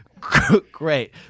Great